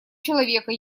человека